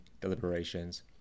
deliberations